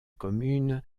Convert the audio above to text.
commune